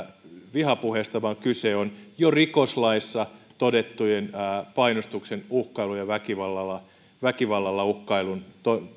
vihapuheesta vaan kyse on jo rikoslaissa todettujen painostuksen uhkailun ja väkivallalla väkivallalla uhkailun